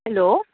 hello